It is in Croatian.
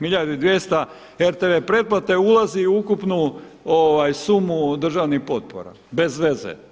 Milijardu i 200 RTV pretplate ulazi u ukupnu sumu državnih potpora bez veze.